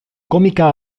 cómica